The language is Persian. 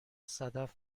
صدف